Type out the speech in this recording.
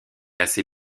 assez